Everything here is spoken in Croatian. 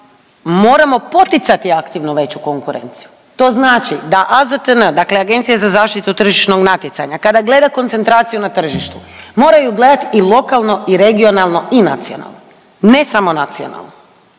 moramo poticati aktivno veću konkurenciju. To znači da AZTN, dakle Agencija za zaštitu tržišnog natjecanja kada gleda koncentraciju na tržištu moraju gledati i lokalno i regionalno i nacionalno ne samo nacionalno.